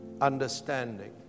understanding